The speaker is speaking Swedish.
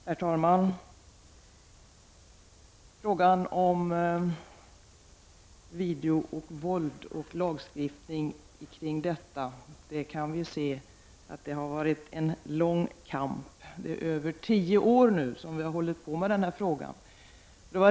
Herr talman! I frågan om video och våld och lagstiftning kring detta har det varit en lång kamp. Det är över tio år nu som vi hållit på med den frågan.